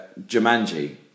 Jumanji